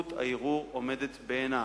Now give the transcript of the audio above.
זכות הערעור עומדת בעינה.